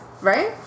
right